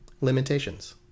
Limitations